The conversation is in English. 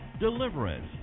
Deliverance